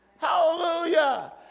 Hallelujah